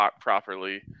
properly